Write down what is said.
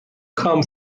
come